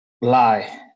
lie